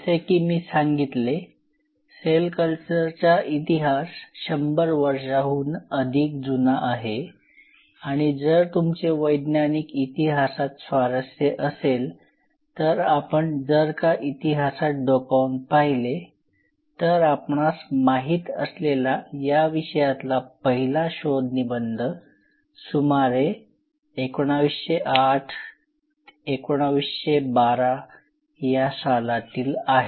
जसे की मी सांगितले सेल कल्चर चा इतिहास १०० वर्षांहून अधिक जुना आहे आणि जर तुमचे वैज्ञानिक इतिहासात स्वारस्य असेल तर आपण जर का इतिहासात डोकावून पाहिले तर आपणास माहीत असलेला या विषयातला पहिला शोध निबंध सुमारे 1908 1912 या सालातील आहे